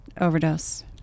overdose